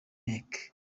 neck